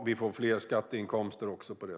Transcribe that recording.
Vi får också mer skatteinkomster på detta sätt.